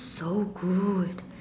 so good